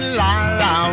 la-la